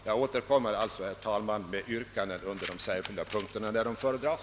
Jag återkommer alltså, herr talman, med yrkanden under de särskilda punkterna när dessa föredras.